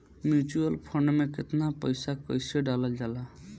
Mutual fund मे पईसा कइसे डालल जाला?